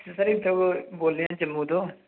ते सर इत्थै बोला दे जम्मू तू